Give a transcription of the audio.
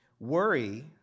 Worry